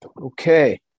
Okay